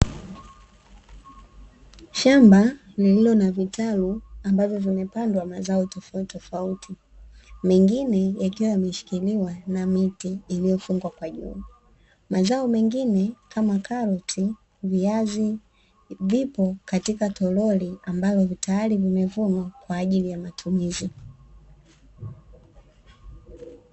Shamba lililo na vitalu ambavyo vimepandwa mazao tofautitofauti , mengine yakiwa yameshikiliwa na miti iliyofungwa kwa juu. Mazao mengine kama karoti, viazi vipo katika toroli ambalo tayari vimevunwa kwa ajili ya matumizi.